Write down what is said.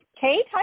Kate